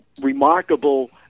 remarkable